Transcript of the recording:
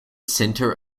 center